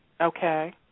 Okay